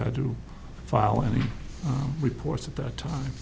had to file any reports at that time